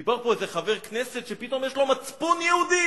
דיבר פה איזה חבר כנסת שפתאום יש לו מצפון יהודי.